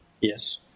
Yes